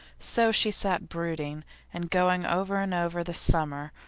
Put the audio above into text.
so she sat brooding and going over and over the summer,